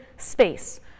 space